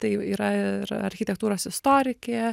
tai jau yra ir architektūros istorikė